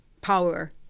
power